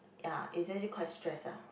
ya is actually quite stress ah